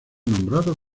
nombrados